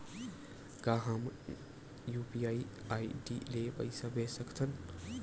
का हम UPI ID ले पईसा भेज सकथन?